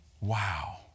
Wow